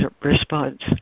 response